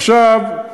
עכשיו,